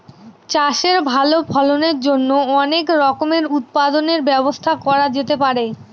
চাষের ভালো ফলনের জন্য অনেক রকমের উৎপাদনের ব্যবস্থা করা যেতে পারে